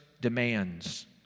demands